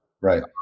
Right